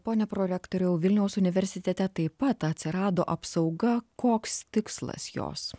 pone prorektoriau vilniaus universitete taip pat atsirado apsauga koks tikslas jos